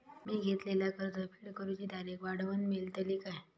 मी घेतलाला कर्ज फेड करूची तारिक वाढवन मेलतली काय?